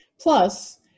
Plus